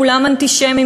כולם אנטישמים.